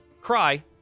Cry